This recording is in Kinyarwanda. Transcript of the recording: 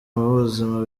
b’ubuzima